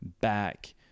back